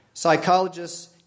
Psychologists